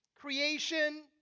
Creation